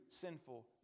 sinful